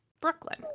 Brooklyn